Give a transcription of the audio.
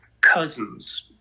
cousins